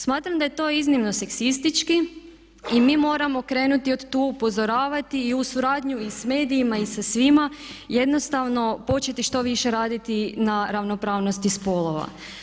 Smatram da je to iznimno seksistički i mi moramo krenuti od tu, upozoravati i u suradnju i sa medijima i sa svima, jednostavno početi što više raditi na ravnopravnosti spolova.